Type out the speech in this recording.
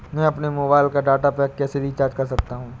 मैं अपने मोबाइल का डाटा पैक कैसे रीचार्ज कर सकता हूँ?